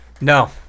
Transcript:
no